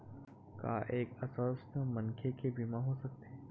का एक अस्वस्थ मनखे के बीमा हो सकथे?